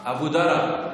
אבודרה.